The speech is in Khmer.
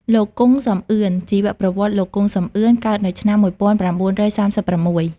លោក គង់ សំអឿន ជីវប្រវត្តិ លោក គង់ សំអឿន កើតនៅឆ្នាំ១៩៣៦។